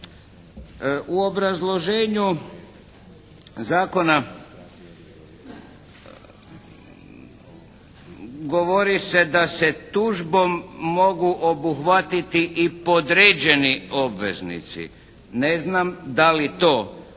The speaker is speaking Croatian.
U obrazloženju zakona govori se da se tužbom mogu obuhvatiti i podređeni obveznici. Ne znam da li to